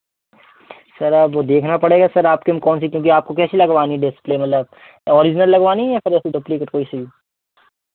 sir अब देखना पड़ेगा सर आपके में कौन सी क्योंकि आपको कैसी लगवानी डिस्प्ले मतलब ऑरिजनल लगवानी है या फिर ऐसे डुप्लीकेट कोई सी